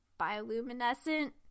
bioluminescent